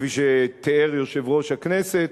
כפי שתיאר יושב-ראש הכנסת,